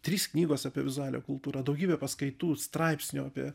trys knygos apie vizualią kultūrą daugybė paskaitų straipsnių apie